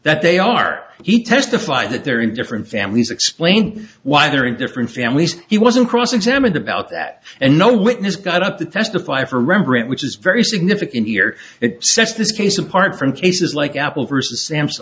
that they are he testified that they're in different families explain why they're in different families he wasn't cross examined about that and no witness got up to testify for rembrandt which is very significant here it sets this case apart from cases like apple versus samps